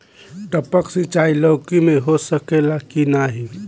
टपक सिंचाई लौकी में हो सकेला की नाही?